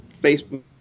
Facebook